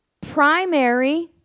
primary